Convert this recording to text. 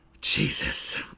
Jesus